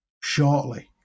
shortly